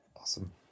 Awesome